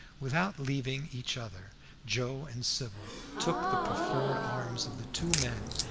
without leaving each other joe and sybil took the proffered arms of the two men,